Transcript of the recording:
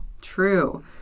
True